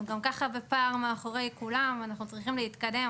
גם ככה בפער מאחורי כולם אנחנו צריכים להתקדם,